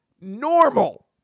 normal